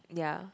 ya